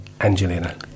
Angelina